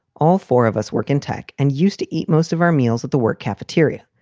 all four of us work in tech and used to eat most of our meals at the work cafeteria.